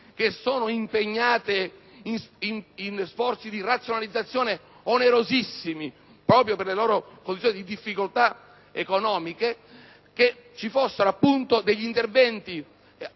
che sono impegnate in sforzi di razionalizzazione onerosissimi proprio per le loro condizioni di difficoltà economiche, di avere appunto degli interventi